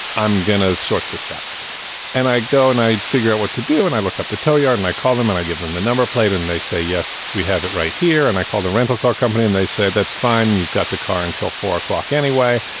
i'm gonna sort this out and i go and i figure out what to do. and i look up the yard and i call them and i give them the number plate and they say, yes, we have it right here. and i call the rental car company and they say, that's fine. you've got the car until four o'clock anyway.